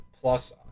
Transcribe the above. plus